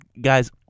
guys